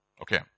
Okay